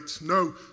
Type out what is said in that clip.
No